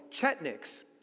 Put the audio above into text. Chetniks